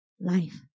life